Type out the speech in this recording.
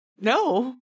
No